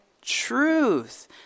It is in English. truth